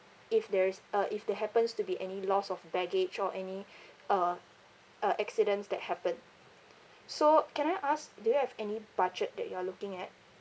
if there is uh if there happens to be any loss of baggage or any uh uh accidents that happen so can I ask do you have any budget that you are looking at